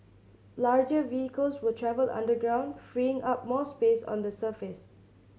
larger vehicles will travel underground freeing up more space on the surface